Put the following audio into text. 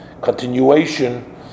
continuation